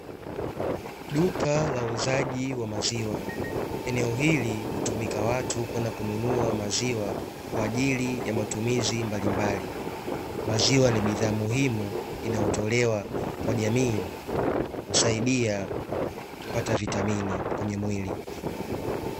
Duka la uuzaji wa maziwa, eneo hili hutumika watu kwenda kununua maziwa kwa ajili ya matumizi mbalimbali. Maziwa ni bidhaa muhimu inayotolewa kwa jamii, husaidia kupata virutamini kwenye mwili.